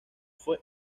fue